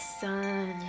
sun